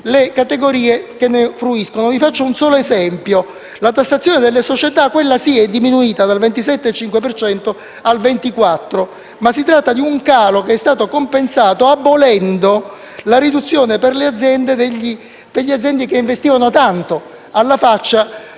le categorie che ne fruiscono. Vi faccio un solo esempio: la tassazione delle società, quella sì, è diminuita dal 27,5 al 24 per cento; ma si tratta di un calo che è stato compensato abolendo la riduzione per le aziende che investivano tanto, alla faccia